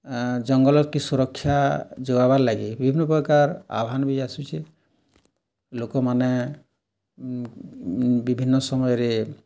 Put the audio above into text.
ଆଁ ଜଙ୍ଗଲ୍କେ ସୁରକ୍ଷା ଯୋଗାବାର୍ ଲାଗି ବିଭିନ୍ନପ୍ରକାର୍ ଆହ୍ୱାନ୍ ବି ଆସୁଛି ଲୋକମାନେ ବିଭିନ୍ନ ସମୟରେ